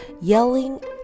yelling